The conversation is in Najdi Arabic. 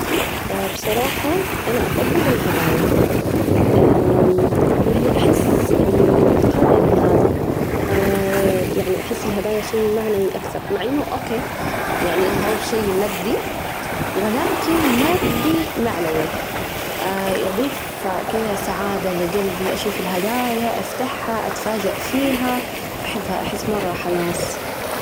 بصراحة أنا أفضل الهدايا، يعني أحس إنه هذا عيد ميلادي، يعني أحس الهدايا شيء معنوي أكثر مع إنه أوكي يعني هو شيء مادي ولكن مادي معنوي، يضيف كذا سعادة لجلبي، أشوف الهدايا أفتحها، أتفاجأ فيها، أحبها، أحس مرة حماس.